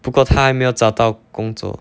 不过她还没有找到工作